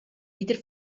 wieder